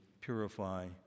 purify